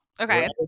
Okay